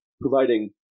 providing